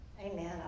Amen